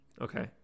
Okay